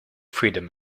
freedom